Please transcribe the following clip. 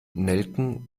nelken